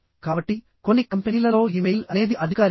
కాబట్టి కొన్ని కంపెనీలలో ఇమెయిల్ అనేది అధికారికం